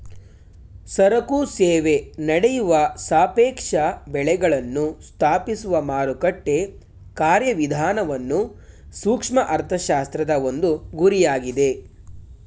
ಸರಕು ಸೇವೆ ನಡೆಯುವ ಸಾಪೇಕ್ಷ ಬೆಳೆಗಳನ್ನು ಸ್ಥಾಪಿಸುವ ಮಾರುಕಟ್ಟೆ ಕಾರ್ಯವಿಧಾನವನ್ನು ಸೂಕ್ಷ್ಮ ಅರ್ಥಶಾಸ್ತ್ರದ ಒಂದು ಗುರಿಯಾಗಿದೆ